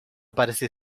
parecer